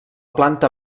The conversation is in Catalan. planta